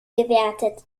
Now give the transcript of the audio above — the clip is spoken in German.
gewertet